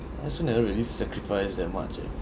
I also never really sacrifice that much eh